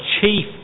chief